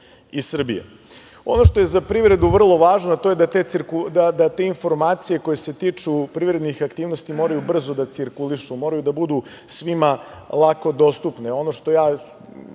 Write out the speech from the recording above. i Srbije. Ono što je za privredu vrlo važno, a to je da te informacije koje se tiču privrednih aktivnosti moraju brzo da cirkulišu, moraju da budu svima lako dostupne. Ono šta ja